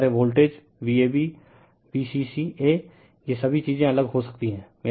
इसी तरह voltage VabV c c a ये सभी चीजें अलग हो सकती हैं